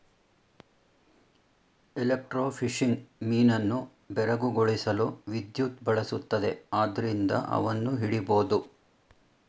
electrofishing ಮೀನನ್ನು ಬೆರಗುಗೊಳಿಸಲು ವಿದ್ಯುತ್ ಬಳಸುತ್ತದೆ ಆದ್ರಿಂದ ಅವನ್ನು ಹಿಡಿಬೋದು